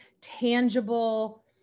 tangible